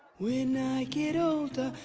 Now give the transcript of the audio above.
when i get older,